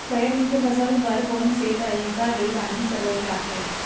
Soybean के फसल बर कोन से तरीका ले पानी पलोय जाथे?